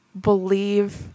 believe